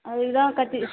அதுக்கு தான் கத்தி